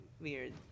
weird